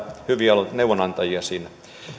hyviä neuvonantajia siinä